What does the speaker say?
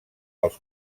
els